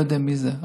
לא יודע מי זה,